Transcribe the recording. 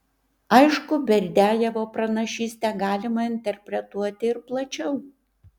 aišku berdiajevo pranašystę galima interpretuoti ir plačiau